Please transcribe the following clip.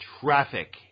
traffic